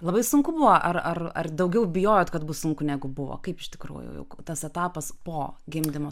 labai sunku buvo ar ar ar daugiau bijojot kad bus sunku negu buvo kaip iš tikrųjų jau tas etapas po gimdymo